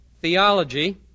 theology